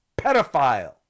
pedophile